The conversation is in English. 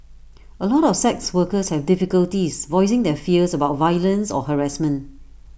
A lot of sex workers have difficulties voicing their fears about violence or harassment